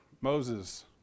Moses